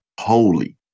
holy